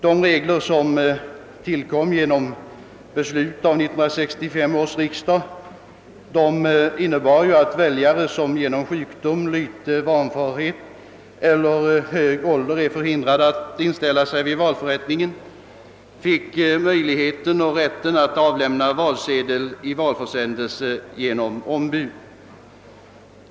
De regler som tillkom genom beslut av 1965 års riksdag innebär ju att väljare som genom sjukdom, lyte, vanförhet eller hög ålder är förhindrade att inställa sig vid valförrättningen fått rätt att avlämna valsedeln i valförsändelse genom ombud.